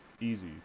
easy